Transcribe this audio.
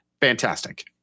Fantastic